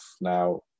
now